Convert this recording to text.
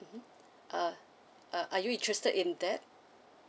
mmhmm uh uh are you interested in that